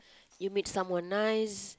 you meet someone nice